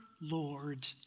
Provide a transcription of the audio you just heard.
Lord